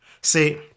See